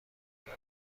اشنا